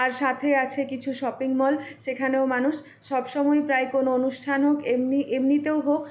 আর সাথে আছে কিছু শপিং মল সেখানেও মানুষ সবসময়ই প্রায় কোনো অনুষ্ঠান হোক এমনি এমনিতেও হোক